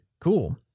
Cool